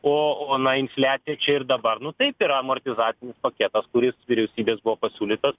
o na infliacija čia ir dabar nu taip ir amortizacinis paketas kuris vyriausybės buvo pasiūlytas